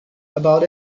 about